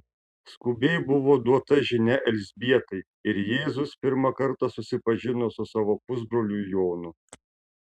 skubiai buvo duota žinia elzbietai ir jėzus pirmą kartą susipažino su savo pusbroliu jonu